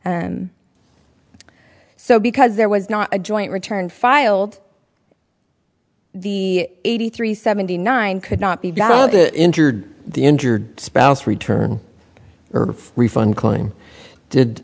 so because there was not a joint return filed the eighty three seventy nine could not be entered the injured spouse return or refund klein did